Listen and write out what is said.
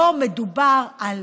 לא מדובר על